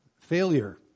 failure